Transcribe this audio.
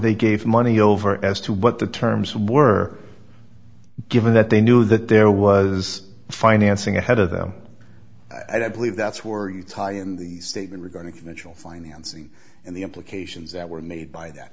they gave money over as to what the terms were given that they knew that there was financing ahead of them i believe that's where you tie in the statement regarding financial financing and the implications that were made by that